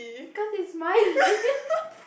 cause is smiling